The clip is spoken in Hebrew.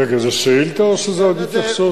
רגע, זו שאילתא או שזו עוד התייחסות?